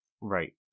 Right